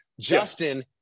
Justin